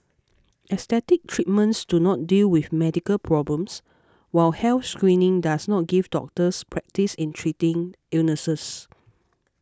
aesthetic treatments do not deal with medical problems while health screening does not give doctors practice in treating illnesses